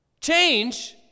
Change